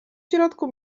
środku